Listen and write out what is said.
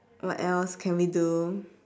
what else can we do